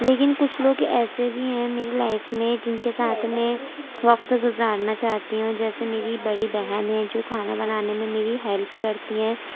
لیکن کچھ لوگ ایسے بھی ہیں میری لائف میں جن کے ساتھ میں وقت گزارنا چاہتی ہوں جیسے میری بڑی بہن ہیں جو کھانا بنانے میں میری ہیلپ کرتی ہیں